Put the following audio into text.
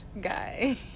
guy